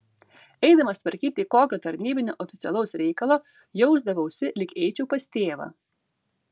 eidamas tvarkyti kokio tarnybinio oficialaus reikalo jausdavausi lyg eičiau pas tėvą